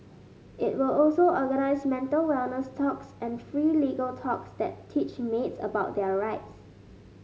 it will also organize mental wellness talks and free legal talks that teach maids about their rights